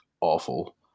awful